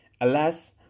Alas